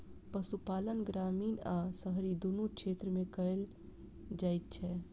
पशुपालन ग्रामीण आ शहरी दुनू क्षेत्र मे कयल जाइत छै